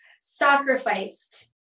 sacrificed